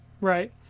Right